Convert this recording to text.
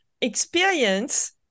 experience